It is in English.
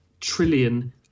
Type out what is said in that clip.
trillion